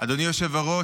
אדוני היושב-ראש,